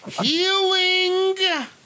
healing